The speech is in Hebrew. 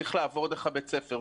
צריך לעבור דרך בית הספר,